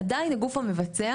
עדיין הגוף המבצע,